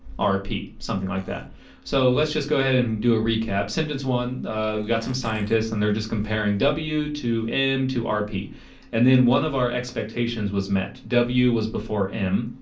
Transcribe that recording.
rp something like that so let's just go ahead and do a recap sentence one we got some scientists and they're just comparing w to m to rp and then one of our expectations was met, w was before m